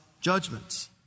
judgments